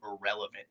irrelevant